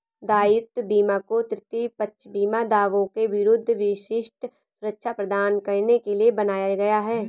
दायित्व बीमा को तृतीय पक्ष बीमा दावों के विरुद्ध विशिष्ट सुरक्षा प्रदान करने के लिए बनाया गया है